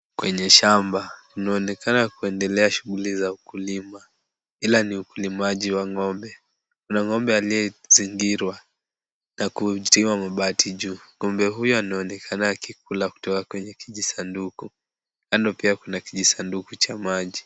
Kwenye shamba inaonekana kuendelea shughuli ya ukulima ila ni ukulimaji wa ng'ombe. Kuna ng'ombe aliyezingirwa na kuziwa mabati juu. Ng'ombe huyo anaonekana akikula kutoka kwenye kijisanduku. Kando pia kuna kijisanduku cha maji.